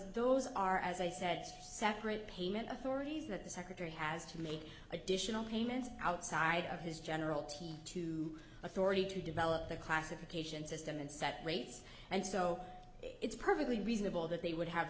those are as i said separate payment authorities that the secretary has to make additional payments outside of his general t to authority to develop the classification system and set rates and so it's perfectly reasonable that they would have